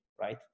right